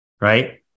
right